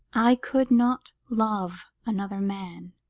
i could not love another man.